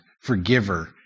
forgiver